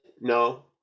No